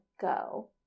go